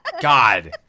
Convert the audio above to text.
God